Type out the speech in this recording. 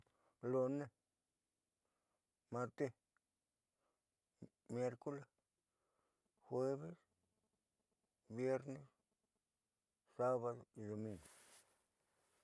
Lunes, martes, miercoles, jueves, viernes, sábado y domingo.